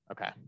Okay